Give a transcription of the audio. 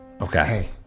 Okay